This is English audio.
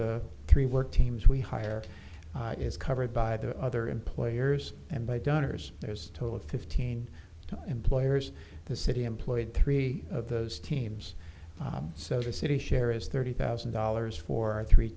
the three work teams we hire is covered by the other employers and by donors there's a total of fifteen employers the city employed three of those teams so the city share is thirty thousand dollars for three